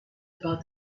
about